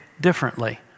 differently